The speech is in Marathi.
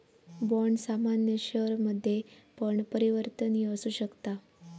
बाँड सामान्य शेयरमध्ये पण परिवर्तनीय असु शकता